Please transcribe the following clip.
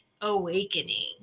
awakening